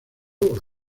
orden